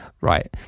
right